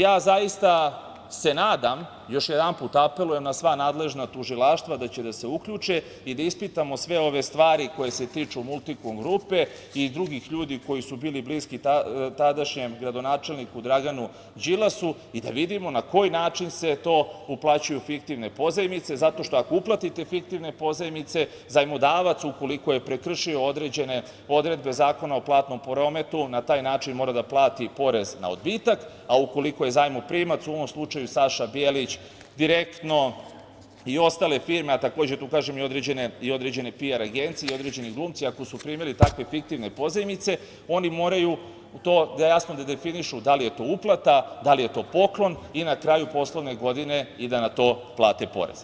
Ja se zaista nadam, još jedanput apelujem na sva nadležna tužilaštva da će da se uključe i da ispitamo sve ove stvari koje se tiču „Multikom grupe“ i drugih ljudi koji su bili bliski tadašnjem gradonačelniku Draganu Đilasu i da vidimo na koji način se to uplaćuju fiktivne pozajmice, zato što ako uplatite fiktivne pozajmice, zajmodavac ukoliko je prekršio određene odredbe Zakona o platnom prometu, na taj način mora da plati porez na odbitak, a ukoliko je zajmoprimac, u ovom slučaju Saša Bijelić, direktno i ostale firme, a takođe da ukažem i određene PR agencije i određeni glumci, ako su primili takve fiktivne pozajmice oni moraju to jasno definišu da li je to uplata, da li je to poklon i na kraju poslovne godine i da na to plate porez.